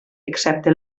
excepte